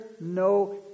no